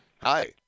Hi